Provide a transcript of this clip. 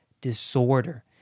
disorder